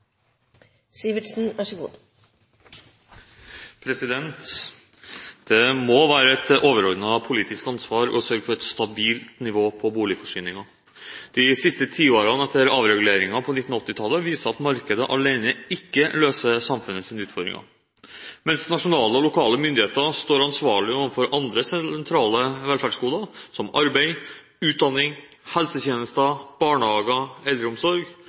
Det må være et overordnet politisk ansvar å sørge for et stabilt nivå på boligforsyningen. De siste tiårene etter avreguleringene på 1980-tallet viser at markedet alene ikke løser samfunnets utfordringer. Mens nasjonale og lokale myndigheter står ansvarlige for andre sentrale velferdsgoder som arbeid, utdanning, helsetjenester, barnehager og eldreomsorg,